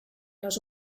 les